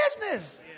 business